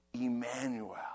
Emmanuel